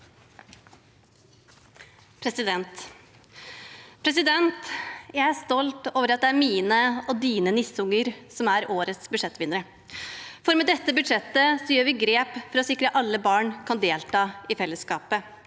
Jeg er stolt over at det er mine og dine nisseunger som er årets budsjettvinnere. Med dette budsjettet tar vi grep for å sikre at alle barn kan delta i fellesskapet